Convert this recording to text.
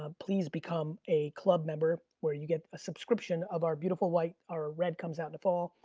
ah please become a club member where you get a subscription of our beautiful white, our red comes out in the fall,